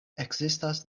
ekzistas